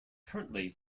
currently